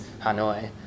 Hanoi